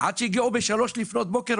עד שהגיעו בשלוש לפנות בוקר,